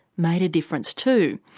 made a difference too.